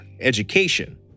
education